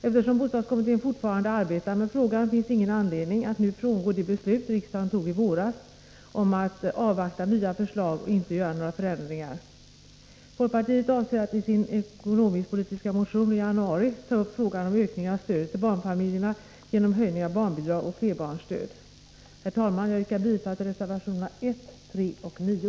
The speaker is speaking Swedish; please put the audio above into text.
Eftersom bostadskommittén fortfarande arbetar med frågan, finns det ingen anledning att nu frångå det beslut riksdagen fattade i våras om att avvakta nya förslag och inte göra några förändringar. Folkpartiet avser att i sin ekonomisk-politiska motion i januari ta upp frågan om ökning av stödet till barnfamiljerna genom höjning av barnbidrag och flerbarnsstöd. Herr talman! Jag yrkar bifall till reservationerna 1, 3 och 9.